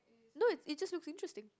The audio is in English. no it just look interesting